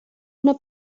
una